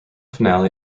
finale